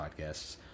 Podcasts